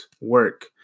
work